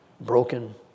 broken